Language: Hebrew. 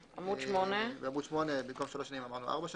עמוד 8. בעמוד 8 במקום שלוש שנים אמרנו ארבע שנים,